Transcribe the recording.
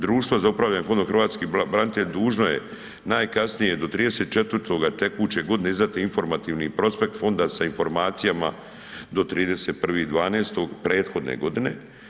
Društva za upravljanje Fondom hrvatskih branitelja dužno je najkasnije do 34. tekuće godine izdati informativni prospekt Fonda sa informacijama do 31.12. prethodne godine.